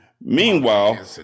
Meanwhile